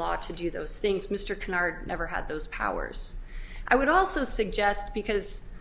law to do those things mr canard never had those powers i would also suggest because